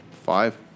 Five